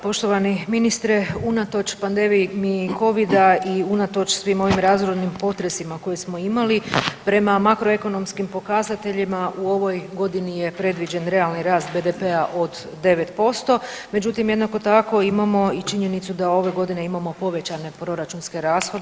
Poštovani ministre unatoč pandemiji Covida i unatoč svim ovim razornim potresima koje smo imali prema makroekonomskim pokazateljima u ovoj godini je predviđen realni rast BDP-a od 9%, međutim jednako tako imamo i činjenicu da ove godine imamo povećane proračunske rashode.